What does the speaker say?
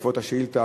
בעקבות השאילתה